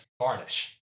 Varnish